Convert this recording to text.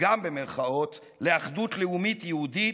גם במירכאות, ל"אחדות לאומית" יהודית,